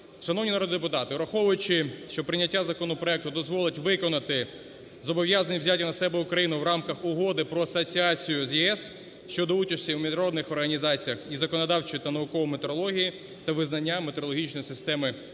Шановні народні депутати! Враховуючи, що прийняття законопроекту дозволить виконати зобов'язання, взяті на себе Україною в рамках Угоди про асоціацію з ЄС щодо участі в міжнародних організаціях і законодавчої та наукової метрології та визнання метрологічної системи України